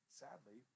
sadly